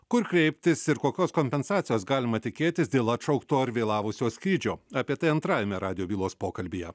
kur kreiptis ir kokios kompensacijos galima tikėtis dėl atšaukto ar vėlavusio skrydžio apie tai antrajame radijo bylos pokalbyje